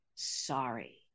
Sorry